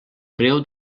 breu